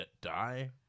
die